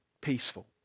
peaceful